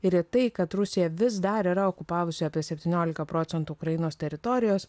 ir į tai kad rusija vis dar yra okupavusi apie septyniolika procentų ukrainos teritorijos